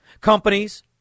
companies